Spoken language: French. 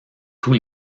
tous